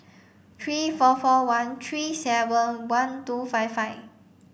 three four four one three seven one two five five